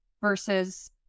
versus